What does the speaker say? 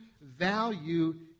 value